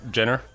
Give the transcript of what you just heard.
Jenner